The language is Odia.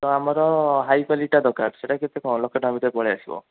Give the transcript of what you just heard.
ତ ଆମର ହାଇ କ୍ୱାଲିଟିଟା ଦରକାର ସେଇଟା କେତେ କ'ଣ ଲକ୍ଷେ ଟଙ୍କା ଭିତରେ ପଳାଇ ଆସିବ